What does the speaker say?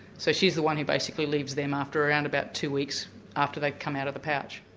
so she's the one who basically leaves them after around about two weeks after they've come out of the pouch.